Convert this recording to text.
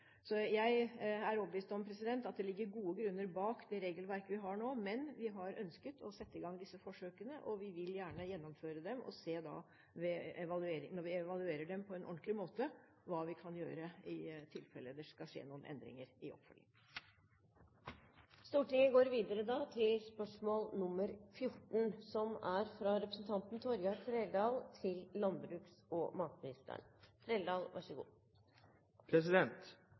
Så jeg er overbevist om at det ligger gode grunner bak det regelverket vi har nå, men vi har ønsket å sette i gang disse forsøkene, og vi vil gjerne gjennomføre dem og se på, når vi evaluerer dem på en ordentlig måte, hva vi kan gjøre i tilfelle det skal skje noen endringer i oppfølgingen. «Beitekonflikten mellom reindriftsnæringen og bønder er nå helt ute av kontroll. Tidligere har det vært Finnmark som